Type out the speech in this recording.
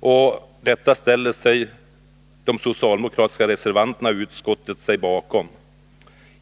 och detta ställer sig de socialdemokratiska reservanterna i utskottet bakom.